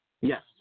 Yes